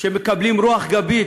שמקבלים רוח גבית,